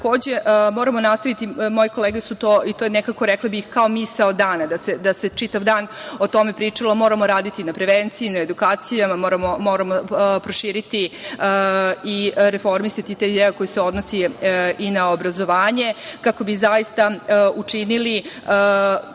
moramo nastaviti i moje kolege su to rekle nekako kao misao dana, čitav dan se o tome pričalo, moramo raditi na prevenciji, na edukacijama, moramo proširiti i reformisati taj deo koji se odnosi i na obrazovanje kako bi zaista učinili